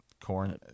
Corn